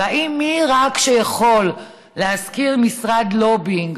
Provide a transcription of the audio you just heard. והאם רק מי שיכול לשכור משרד לובינג